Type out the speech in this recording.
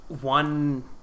one